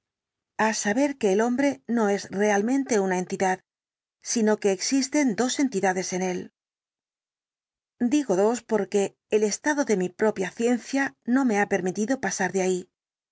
á saber que el hombre no es realmente una entidad sino que existen dos explicación completa del caso entidades en él digo dos porque el estado de mi propia ciencia no me ha permitido pasar de ahí